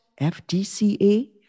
FDCA